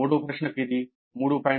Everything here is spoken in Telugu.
2 మూడవ ప్రశ్నకు ఇది 3